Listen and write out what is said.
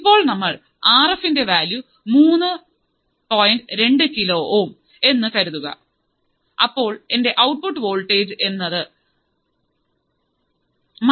ഇപ്പോൾ നമ്മൾ ആർ എഫിന്റെ വാല്യൂ മൂന്ന് പോയിൻറ് രണ്ട് കിലോ ഓം എന്ന് കരുതുക അപ്പോൾ എൻറെ ഔട്ട്പുട്ട് വോൾട്ടേജ് എന്നത് മൈനസ് ഫോർ വോൾട്ട് ആണ്